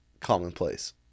commonplace